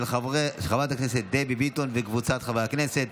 של חברת הכנסת דבי ביטון וקבוצת חברי הכנסת.